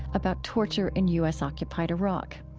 about torture in u s occupied iraq.